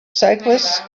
cyclists